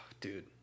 dude